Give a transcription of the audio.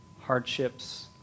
hardships